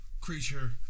creature